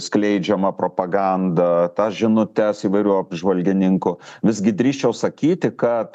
skleidžiamą propagandą tas žinutes įvairių apžvalgininkų visgi drįsčiau sakyti kad